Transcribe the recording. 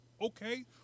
Okay